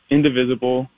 indivisible